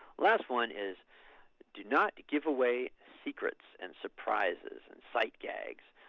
last one is do not give away secrets and surprises and sight gags.